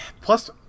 Plus